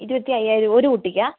ഇരുപത്തി അയ്യായിരം ഒരു കുട്ടിക്കാണോ